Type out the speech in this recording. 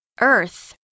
Earth